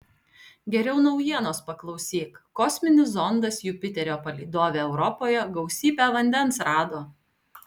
geriau naujienos paklausyk kosminis zondas jupiterio palydove europoje gausybę vandens rado